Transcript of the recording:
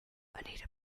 anita